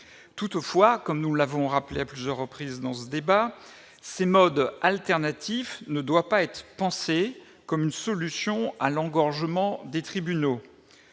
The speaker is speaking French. Toutefois, comme nous l'avons rappelé à plusieurs reprises au cours de ce débat, ces modes alternatifs ne doivent pas être pensés comme une solution à l'engorgement des tribunaux.